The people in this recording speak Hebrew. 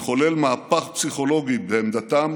יתחולל מהפך פסיכולוגי בעמדתם